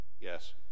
Yes